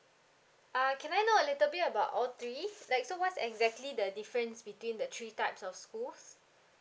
uh can I know a little bit about all three like so what's exactly the difference between the three types of schools